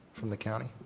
from the county?